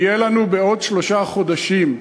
והוא יהיה אצלנו בעוד שלושה חודשים.